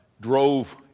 drove